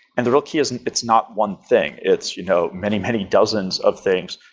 and the real key is and it's not one thing. it's you know many, many dozens of things,